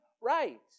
Right